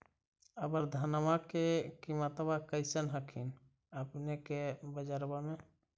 अबर धानमा के किमत्बा कैसन हखिन अपने के बजरबा में?